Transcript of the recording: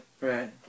Right